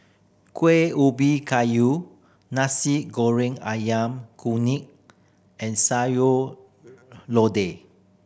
Kueh Ubi Kayu Nasi Goreng Ayam Kunyit and Sayur Lodeh